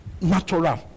natural